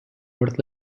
worth